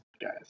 guys